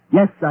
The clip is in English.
yes